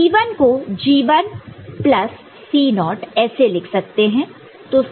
C1 को G1 plus C0 naught naught ऐसे लिख सकते हैं